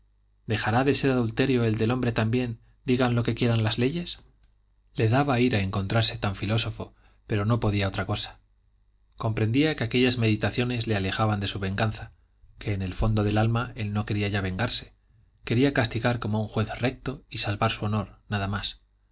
dejará de ser adulterio el del hombre también digan lo que quieran las leyes le daba ira encontrarse tan filósofo pero no podía otra cosa comprendía que aquellas meditaciones le alejaban de su venganza que en el fondo del alma él no quería ya vengarse quería castigar como un juez recto y salvar su honor nada más